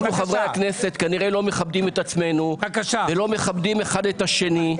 אנחנו חברי הכנסת כנראה לא מכבדים את עצמנו ולא מכבדים אחד את השני,